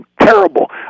terrible